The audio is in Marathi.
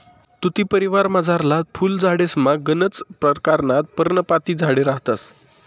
तुती परिवारमझारला फुल झाडेसमा गनच परकारना पर्णपाती झाडे रहातंस